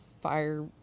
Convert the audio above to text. fire